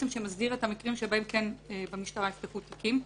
שמסדיר את המקרים שבהם כן נפתחו תיקים במשטרה.